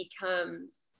becomes